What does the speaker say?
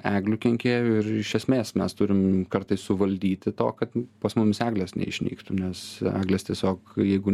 eglių kenkėjų ir iš esmės mes turim kartais suvaldyti to kad pas mumis eglės neišnyktų nes eglės tiesiog jeigu